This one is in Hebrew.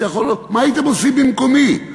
מה הייתם עושים במקומי?